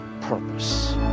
purpose